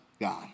God